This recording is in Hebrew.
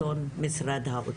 יש דברים שאין להם היבט מגדרי,